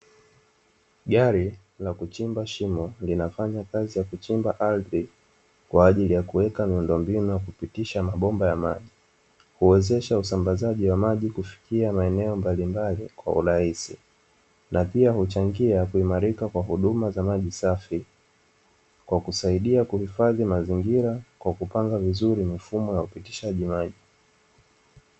Gari la kuchimba shimo linafanya kazi ya kuchimba ardhi kwa ajili ya kuweka miundombinu ya kupitisha mabomba ya maji. Huwezesha usambazaji wa maji kufikia maeneo mbalimbali kwa urahisi, na pia huchangia kuimarika kwa huduma za maji safi kwa kusaidia kuhifadhi mazingira kwa kupanga vizuri mifumo ya upitishaji maji.